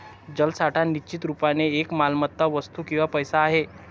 जलसाठा निश्चित रुपाने एक मालमत्ता, वस्तू किंवा पैसा आहे